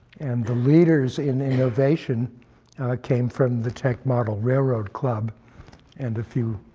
and the leaders in innovation came from the tech model railroad club and a few